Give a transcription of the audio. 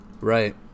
Right